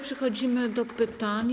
Przechodzimy do pytań.